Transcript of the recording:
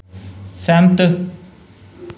सैह्मत